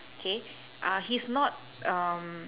okay uh he's not um